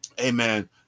amen